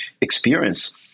experience